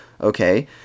okay